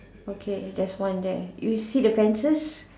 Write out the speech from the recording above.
okay there's one there you see the fences